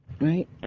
right